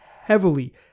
heavily